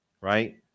right